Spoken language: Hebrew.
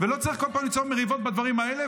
ולא צריך כל פעם ליצור מריבות בדברים האלה,